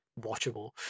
watchable